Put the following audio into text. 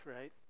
right